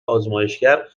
آزمایشگر